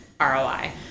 ROI